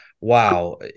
wow